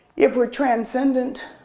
if we're transcendent,